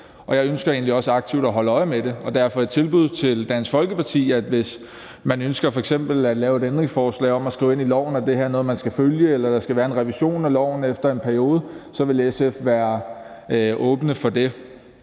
og jeg ønsker egentlig også aktivt at holde øje med det, og derfor har vi det tilbud til Dansk Folkeparti, at hvis man ønsker f.eks. at lave et ændringsforslag om at skrive ind i loven, at det her er noget, man skal følge, eller at der skal være en revision af loven efter en periode, så vil SF være åbne for det.